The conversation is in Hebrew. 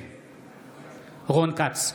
נגד רון כץ,